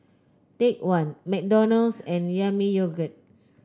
Take One McDonald's and Yami Yogurt